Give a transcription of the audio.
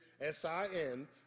S-I-N